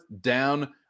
down